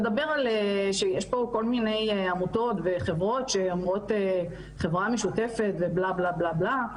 יש פה כל מיני עמותות וחברות שאומרות חברה משותפת ובלה בלה בלה בלה,